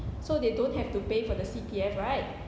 so they don't have to pay for the C_P_F right